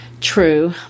True